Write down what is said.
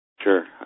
Sure